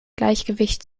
gleichgewicht